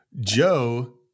joe